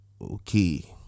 okay